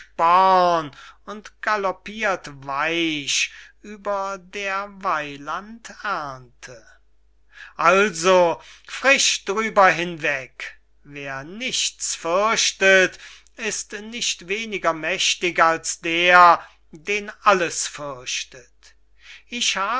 braucht haasen also frisch drüber hinweg wer nichts fürchtet ist nicht weniger mächtig als der den alles fürchtet